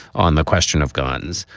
on the question of guns,